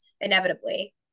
inevitably